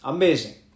Amazing